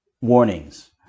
warnings